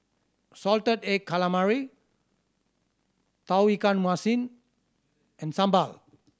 salted egg calamari Tauge Ikan Masin and sambal